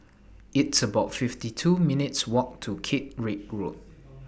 It's about fifty two minutes' Walk to Caterick Road